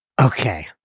Okay